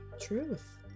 Truth